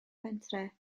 pentre